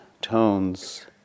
tones